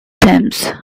thames